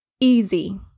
easy